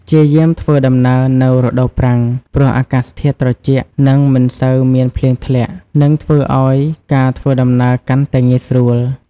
ព្យាយាមធ្វើដំណើរនៅរដូវប្រាំង ព្រោះអាកាសធាតុត្រជាក់ និងមិនសូវមានភ្លៀងធ្លាក់ ធ្វើឲ្យការធ្វើដំណើរកាន់តែងាយស្រួល។